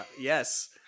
yes